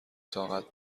طاقت